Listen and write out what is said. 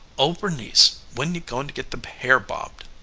oh, bernice, when you goin' to get the hair bobbed?